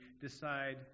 decide